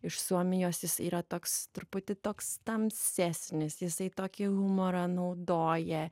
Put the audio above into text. iš suomijos jis yra toks truputį toks tamsesnis jisai tokį humorą naudoja